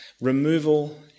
removal